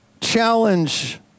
challenge